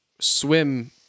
swim